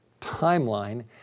timeline